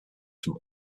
from